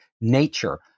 nature